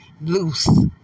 loose